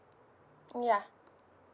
ya